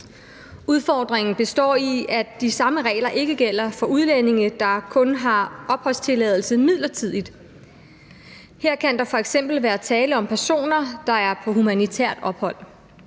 Udfordringen består i, at de samme regler ikke gælder for udlændinge, der kun har opholdstilladelse midlertidigt. Her kan der f.eks. være tale om personer, der er på humanitært ophold.